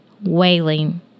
wailing